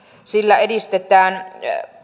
sillä edistetään